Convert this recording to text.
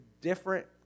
different